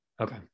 Okay